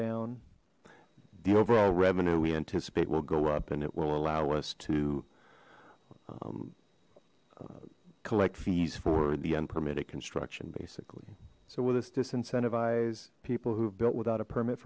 down the overall revenue we anticipate will go up and it will allow us to collect fees for the unpermitted construction basically so will this disincentivize people who've built without a permit